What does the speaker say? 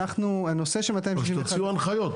הנושא של 261 --- אז תוציאו הנחיות,